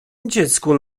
dziecku